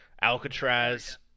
Alcatraz